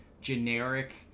generic